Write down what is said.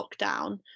lockdown